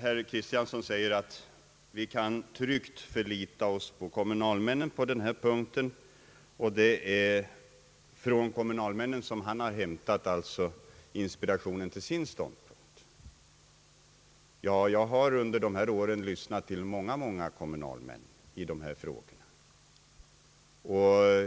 Herr Kristiansson säger vidare att vi tryggt kan förlita oss på kommunalmännen i denna punkt. Det är från kommunalmännen som herr Kristiansson alltså har hämtat inspirationen till sitt ståndpunktstagande. Jag har under årens lopp lyssnat till många kommunalmän i dessa frågor.